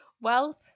wealth